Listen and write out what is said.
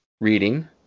reading